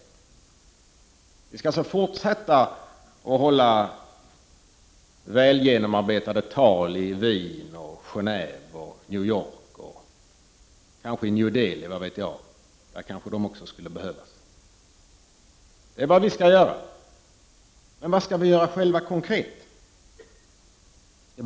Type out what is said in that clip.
Vi skall alltså fortsätta att hålla väl genomarbetade tal i Wien, i Genå&ve och i New York och kanske i New Delhi, där de kanske också skulle behövas. Men vad skall vi konkret göra?